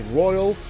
royal